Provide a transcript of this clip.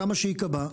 כמה שייקבע,